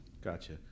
gotcha